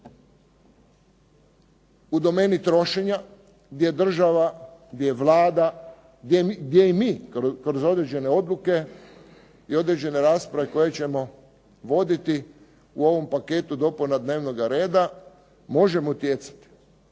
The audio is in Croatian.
u domeni trošenja gdje država, gdje Vlada, gdje i mi kroz određene odluke i određene rasprave koje ćemo voditi u ovom paketu dopuna dnevnoga reda možemo utjecati.